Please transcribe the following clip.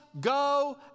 go